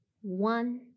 one